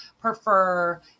prefer